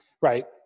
Right